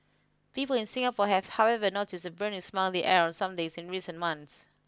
people in Singapore have however noticed a burning smell in the air on some days in recent months